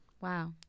Wow